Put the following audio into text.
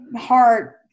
heart